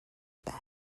bell